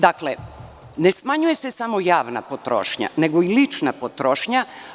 Dakle, ne smanjuje se samo javna potrošnja, nego i lična potrošnja.